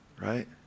right